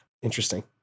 Interesting